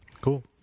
Cool